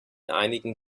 einigen